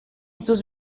sus